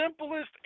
simplest